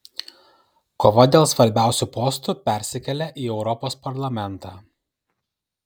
kova dėl svarbiausių postų persikelia į europos parlamentą